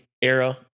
era